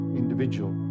individual